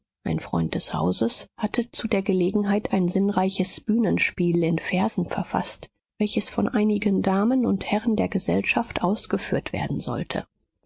ein freund des hauses hatte zu der gelegenheit ein sinnreiches bühnenspiel in versen verfaßt welches von einigen damen und herren der gesellschaft ausgeführt werden sollte